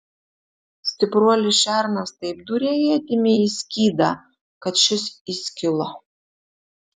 stipruolis šernas taip dūrė ietimi į skydą kad šis įskilo